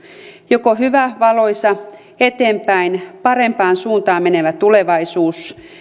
joko hyvä valoisa eteenpäin parempaan suuntaan menevä tulevaisuus